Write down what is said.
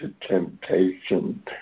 temptation